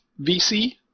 VC